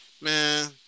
Man